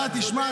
אתה צודק.